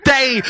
Day